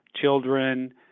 children